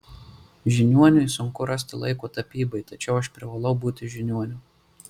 žiniuoniui sunku rasti laiko tapybai tačiau aš privalau būti žiniuoniu